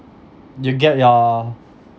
you get your